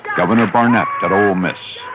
governor barnett at ole miss.